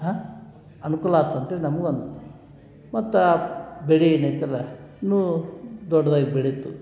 ಹಾ ಅನುಕೂಲ ಆತ್ ಅಂಥೇಳಿ ನಮಗೂ ಅನ್ಸ್ತು ಮತ್ತು ಬೆಳೆ ಏನು ಐತಲ್ಲ ಇನ್ನೂ ದೊಡ್ದಾಗಿ ಬೆಳೀತು